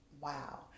wow